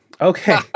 Okay